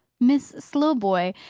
miss slowboy,